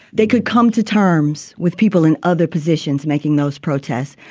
they could come to terms with people in other positions making those protests,